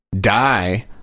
die